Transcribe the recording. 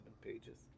pages